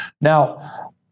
Now